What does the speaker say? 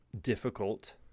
difficult